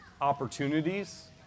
opportunities